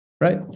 right